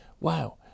wow